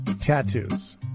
tattoos